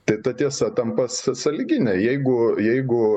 tai ta tiesa tampa są sąlygine jeigu jeigu